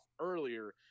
earlier